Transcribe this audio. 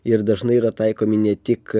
ir dažnai yra taikomi ne tik